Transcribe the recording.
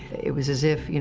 it was as if, you